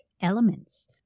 elements